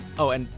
oh and,